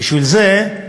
בשביל זה,